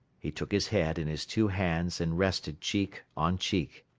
he took his head in his two hands and rested cheek on cheek.